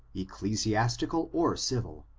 ecclesiastical or civil